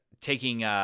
taking